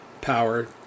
power